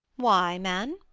why, man?